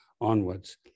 onwards